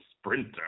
Sprinter